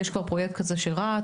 יש כבר פרויקט כזה שרץ,